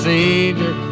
Savior